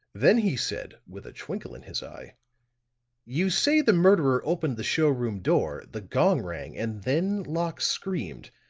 then he said, with a twinkle in his eye you say the murderer opened the show room door, the gong rang and then locke screamed.